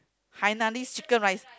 Hainanese Chicken Rice